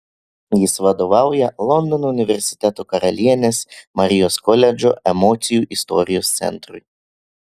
jis vadovauja londono universiteto karalienės marijos koledžo emocijų istorijos centrui